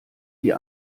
die